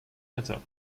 matter